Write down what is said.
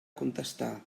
contestar